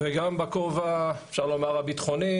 וגם בכובע אפשר לומר הביטחוני,